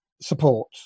support